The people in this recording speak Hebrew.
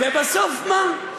ובסוף מה?